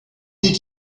did